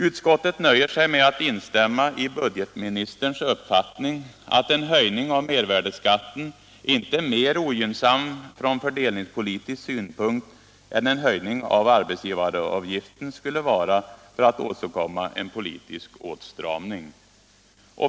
Utskottet nöjer sig med att instämma i budgetministerns uppfattning att en höjning av mervärdeskatten inte är mer ogynnsam från fördelningspolitisk synpunkt än en höjning av arbetsgivaravgiften skulle vara för att åstadkomma en politisk åtstramning.